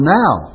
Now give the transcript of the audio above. now